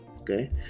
okay